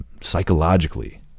psychologically